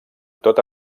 tota